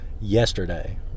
yesterday